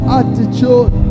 attitude